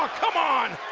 come on.